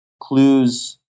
clues